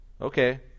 Okay